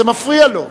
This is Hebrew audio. זה מפריע לו.